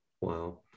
Wow